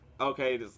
Okay